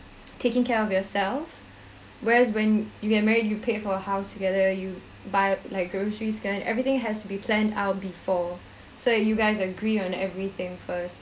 taking care of yourself whereas when you get married you paid for house together you buy like groceries everything has to be planned out before so you guys agree on everything first